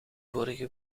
vorige